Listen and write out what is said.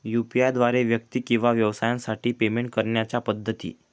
UPI द्वारे व्यक्ती किंवा व्यवसायांसाठी पेमेंट करण्याच्या पद्धती